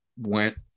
went